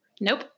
nope